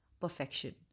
perfection